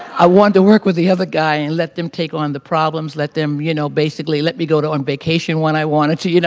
i want to work with the other guy and let them take on the problems. let them, you know, basically let me go on vacation when i wanted to, you know